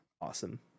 awesome